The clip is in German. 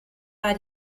war